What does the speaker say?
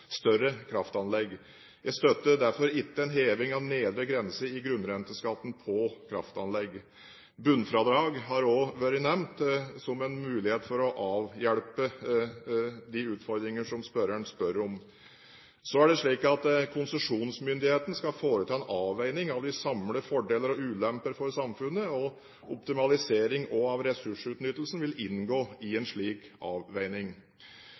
større kraftanlegg. Jeg støtter derfor ikke en heving av nedre grense i grunnrenteskatten på kraftanlegg. Bunnfradrag har også vært nevnt som en mulighet for å avhjelpe de utfordringene som representanten spør om. Så er det slik at konsesjonsmyndighetene skal foreta en avveining av de samlede fordeler og ulemper for samfunnet. Optimalisering av ressursutnyttelsen vil også inngå i en slik avveining.